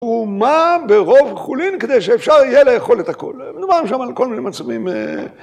‫אומה ברוב כחולין ‫כדי שאפשר יהיה לאכול את הכול. ‫מדובר משם על כל מיני מצבים.